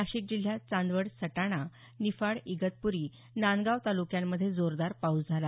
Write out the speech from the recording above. नाशिक जिल्ह्यात चांदवड सटाणा निफाड इगतप्री नांदगाव तालुक्यांमध्ये जोरदार पाऊस झाला